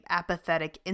apathetic